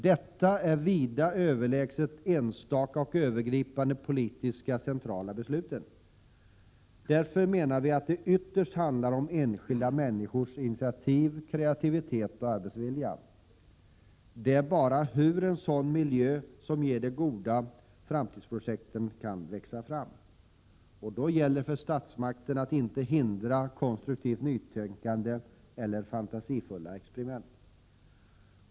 Detta är vida överlägset enstaka och övergripande politiska centrala beslut. Därför menar vi att det ytterst 67 handlar om enskilda människors initiativ, kreativitet och arbetsvilja. Det är bara ur en sådan miljö som de goda framtidsprojekten kan växa fram. Då gäller det för statsmakterna att inte hindra konstruktivt nytänkande eller fantasifulla experiment.